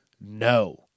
No